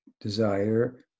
desire